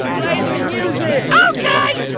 play the music. ok.